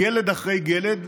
גלד אחרי גלד,